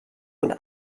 und